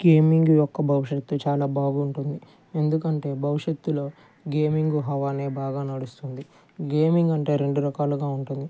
gaming యొక్క భవిష్యత్తు చాలా బాగుంటుంది ఎందుకంటే భవిషత్తులో గేమింగ్ హవానే బాగా నడుస్తుంది గేమింగ్ అంటే రెండు రకాలుగా ఉంటుంది